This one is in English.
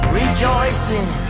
rejoicing